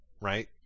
right